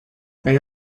they